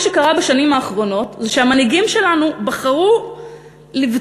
מה שקרה בשנים האחרונות זה שהמנהיגים שלנו בחרו לבצוע,